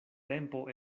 tempo